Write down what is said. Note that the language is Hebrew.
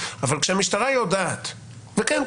אבל כשהמשטרה יודעת וכן,